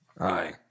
Aye